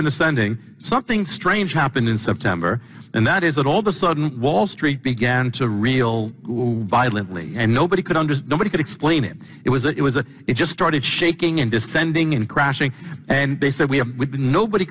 been ascending something strange happened in september and that is that all the sudden wall street began to real violently and nobody could understand what could explain it it was it was a it just started shaking and descending and crashing and they said we have with nobody